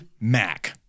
Mac